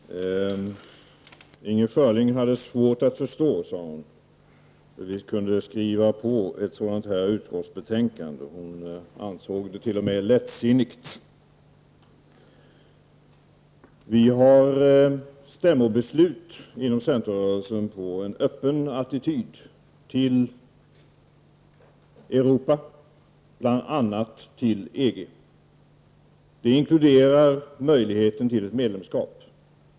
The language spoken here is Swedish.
Herr talman! Inger Schörling sade att hon hade svårt att förstå hur vi kunde skriva på detta betänkande. Hon ansåg det t.o.m. lättsinnigt. Vi har stämmobeslut inom centerrörelsen på en öppen attityd till Europa, bl.a. till EG. Det inkluderar möjligheten till ett medlemskap.